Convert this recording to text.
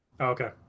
Okay